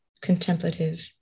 contemplative